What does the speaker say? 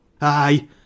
Aye